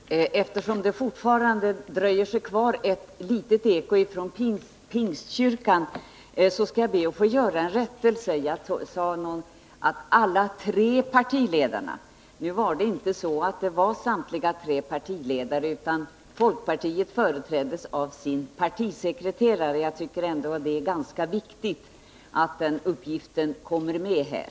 Herr talman! Eftersom det fortfarande dröjer sig kvar ett litet eko från Pingstkyrkan, skall jag be att få göra en rättelse. Jag sade ”alla tre partiledarna”. Nu var det inte samtliga tre partiledare, utan folkpartiet företräddes av sin partisekreterare. Jag tycker det är ganska viktigt att den uppgiften kommer med här.